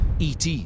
ET